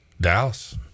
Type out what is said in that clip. Dallas